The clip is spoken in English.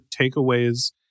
takeaways